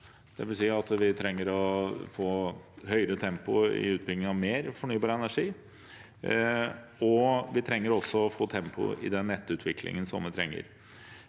opp tempoet. Vi trenger å få høyere tempo i utbyggingen av mer fornybar energi. Vi trenger også tempo i den nettutviklingen vi trenger.